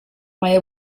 mai